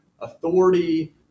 authority